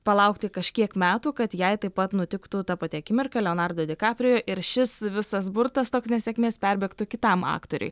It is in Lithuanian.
palaukti kažkiek metų kad jai taip pat nutiktų ta pati akimirka leonardo di kaprio ir šis visas burtas toks nesėkmės perbėgtų kitam aktoriui